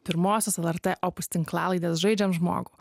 pirmosios lrt opus tinklalaidės žaidžiam žmogų